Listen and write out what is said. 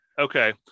Okay